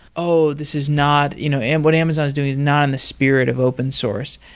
oh, this is not you know and what amazon is doing is not in the spirit of open source.